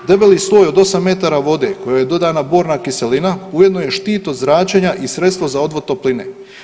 Debeli sloj od 8 metara vode kojoj je dodana borna kiselina ujedno i štit od zračenja i sredstvo za odvod topline.